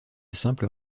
simples